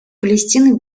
палестины